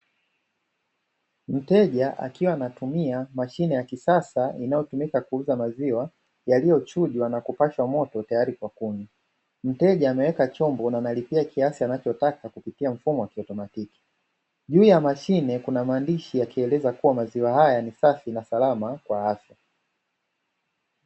Mteja akiwa anatumia mashine ya kisasa inayotumika kuuza maziwa yaliyochujwa na kupashwa moto tayari kwa kunywa; mteja ameweka chombo na analipia kiasi anachotaka kupitia mfumo wa kielektroniki, juu ya mashine kuna maandishi yakieleza kuwa maziwa haya ni safi na salama kwa afya.